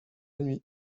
nuit